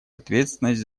ответственность